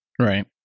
right